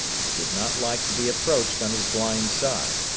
he did not like to be approached on his blind side.